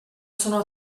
sono